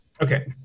okay